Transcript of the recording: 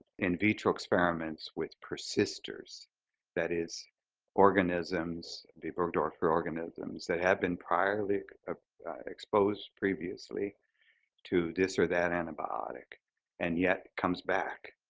in-vitro experiments with persisters that is organisms, b. burgdorferi organisms, that have been priorly ah exposed previously to this or that antibiotic and yet comes back.